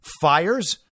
fires